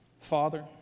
Father